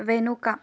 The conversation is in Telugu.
వెనుక